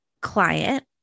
client